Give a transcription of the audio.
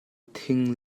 thing